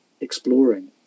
exploring